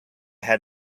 had